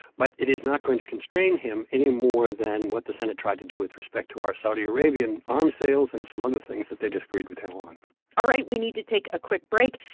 but it is not going to constrain him any more than what the senate tried to do with respect to our saudi arabian arms sales and some other things that they disagreed with him on all right, we need to take a quick break,